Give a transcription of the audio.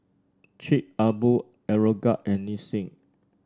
Chic A Boo Aeroguard and Nissin